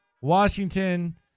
Washington